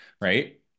right